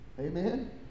Amen